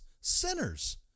sinners